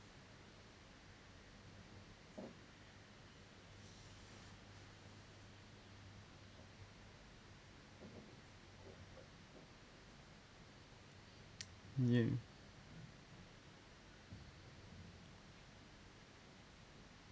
yeah